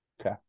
Okay